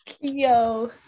Yo